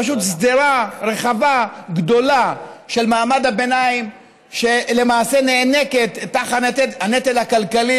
פשוט שדרה רחבה גדולה של מעמד הביניים שלמעשה נאנקת תחת הנטל הכלכלי,